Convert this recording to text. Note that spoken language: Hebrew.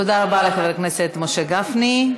תודה רבה לחבר הכנסת משה גפני.